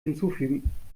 hinzufügen